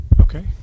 Okay